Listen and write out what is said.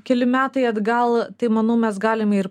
keli metai atgal tai manau mes galim ir